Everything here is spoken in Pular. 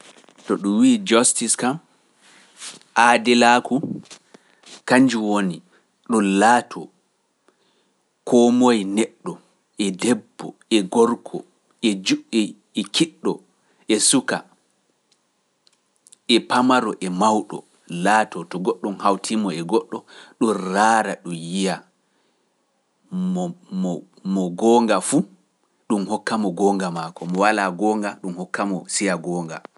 To ɗum wii justice kan, aadilaaku, kanjum woni ɗum laato koo moye neɗɗo e debbo e gorko e kiɗɗo e suka e pamaro e mawɗo laato to goɗɗum hawtimo e goɗɗo, ɗum raara ɗum yiya mo mo mo goonga fu ɗum hokkamo goonga mako mo walaa goonga ɗum hokkamo siya goonga.